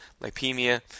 lipemia